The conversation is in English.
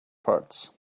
parts